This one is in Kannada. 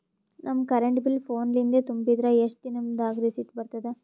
ನಮ್ ಕರೆಂಟ್ ಬಿಲ್ ಫೋನ ಲಿಂದೇ ತುಂಬಿದ್ರ, ಎಷ್ಟ ದಿ ನಮ್ ದಾಗ ರಿಸಿಟ ಬರತದ?